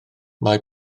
mae